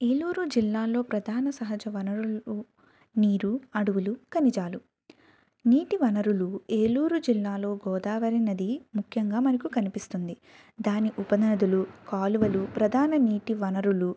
ఏలూరు జిల్లాలో ప్రధాన సహజ వనరులు నీరు అడవులు ఖనిజాలు నీటివనరులు ఏలూరు జిల్లాలో గోదావరి నది ముఖ్యంగా మనకు కనిపిస్తుంది దాని ఉపనదులు కాలువలు ప్రధాన నీటివనరులు